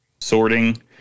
sorting